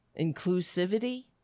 Inclusivity